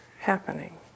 happening